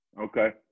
Okay